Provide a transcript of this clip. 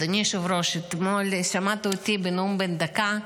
אדוני היושב-ראש, אתמול שמעת אותי בנאום בן דקה,